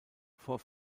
vor